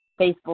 Facebook